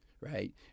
right